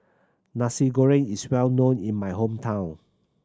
Nasi Goreng is well known in my hometown